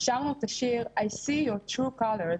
שרנו את השיר I see your true colors,